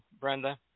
Brenda